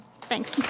Thanks